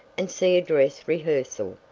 and see a dress rehearsal.